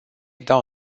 dau